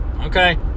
Okay